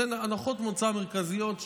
זה הנחות מוצא מרכזיות,